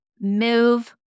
move